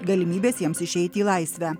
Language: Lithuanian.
galimybės jiems išeiti į laisvę